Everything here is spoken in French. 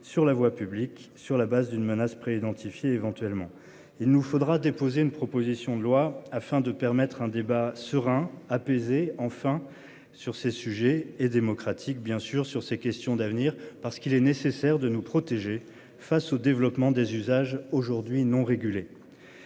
sur la voie publique sur la base d'une menace pré-identifier éventuellement, il nous faudra déposer une proposition de loi afin de permettre un débat serein, apaisé enfin sur ces sujets et démocratique. Bien sûr, sur ces questions d'avenir parce qu'il est nécessaire de nous protéger face au développement des usages aujourd'hui non régulé.